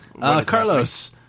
Carlos